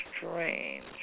strange